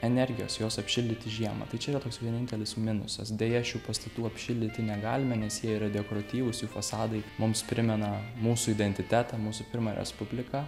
energijos juos apšildyti žiemą tai čia yra toks vienintelis minusas deja šių pastatų apšildyti negalime nes jie yra dekoratyvūs jų fasadai mums primena mūsų identitetą mūsų pirmą respubliką